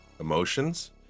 emotions